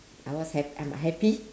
I was hap~ I'm happy